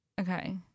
okay